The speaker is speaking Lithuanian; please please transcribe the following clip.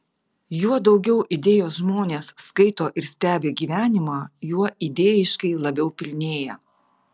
juo daugiau idėjos žmonės skaito ir stebi gyvenimą juo idėjiškai labiau pilnėja